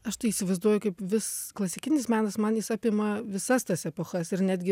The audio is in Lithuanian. aš tai įsivaizduoju kaip vis klasikinis menas man jis apima visas tas epochas ir netgi